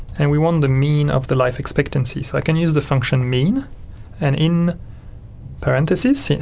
and we want the mean of the life expectancy, so i can use the function mean and, in parentheses,